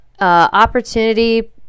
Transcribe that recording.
opportunity